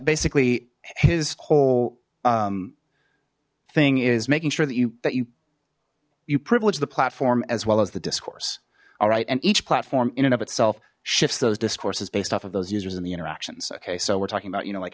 basically his whole thing is making sure that you that you you privilege the platform as well as the discourse all right and each platform in and of itself shifts those discourses based off of those users in the interactions okay so we're talking about you know like